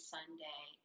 Sunday